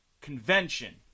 convention